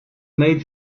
made